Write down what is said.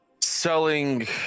Selling